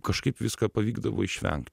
kažkaip viską pavykdavo išvengt